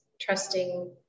trusting